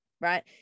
right